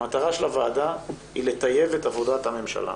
המטרה של הועדה היא לטייב את עבודת הממשלה,